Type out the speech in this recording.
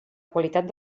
qualitat